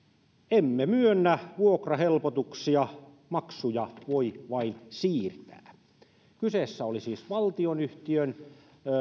emme myönnä vuokrahelpotuksia maksuja voi vain siirtää kyseessä oli siis valtionyhtiön